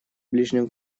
ближнем